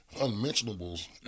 unmentionables